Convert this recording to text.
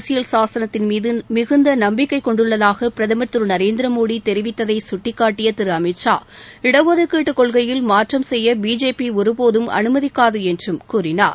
அரசியல் சாசனத்தின் மீது மிகுந்த நம்பிக்கை கொண்டுள்ளதாக பிரதமர் திரு நரேந்திர மோடி தெரிவித்ததை கட்டிக்காட்டிய திரு அமித்ஷா இடஒதுக்கீட்டு கொள்கையில் மாற்றம் செய்ய பிஜேபி ஒருபோதும் அனுமதிக்காது என்றும் கூறினார்